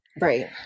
Right